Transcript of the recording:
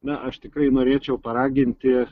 na aš tikrai norėčiau paraginti